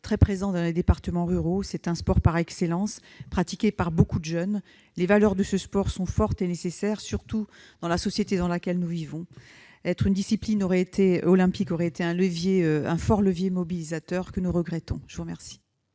très présent dans les départements ruraux. C'est un sport par excellence, pratiqué par de nombreux jeunes. Les valeurs de ce sport sont fortes et nécessaires, surtout dans la société dans laquelle nous vivons. Être reconnue comme une discipline olympique aurait été un levier puissant et mobilisateur. Nous regrettons que tel ne